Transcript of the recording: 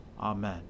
Amen